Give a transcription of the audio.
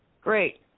Great